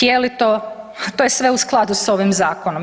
Je li to, to je sve u skladu s ovim Zakonom.